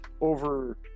over